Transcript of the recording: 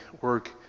work